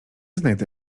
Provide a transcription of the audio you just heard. znajdę